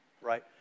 right